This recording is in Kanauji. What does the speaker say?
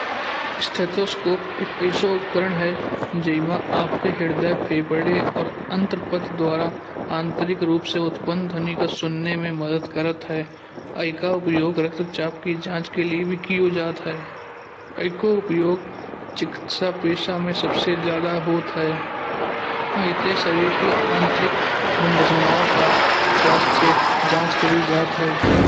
स्टेथोस्कोप एक ऐसा उपकरण है जो आपके हृदय, फेफड़े और आँत पद द्वारा आंतरिक रूप से उत्पन्न ध्वनि का सुनने में मदद करता है। एक उपयोग रक्तचाप की जाँच के लिए भी किया जाता है। इसका उपयोग चिकित्सा पैसा में सबसे ज्यादा होता है। इसे शरीर की आंतरिक विन्द रचनाओं का स्वास्थ्य जाँच करी जाती है।